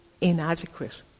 inadequate